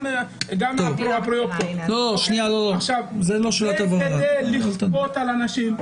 זה כדי לכפות על אנשים.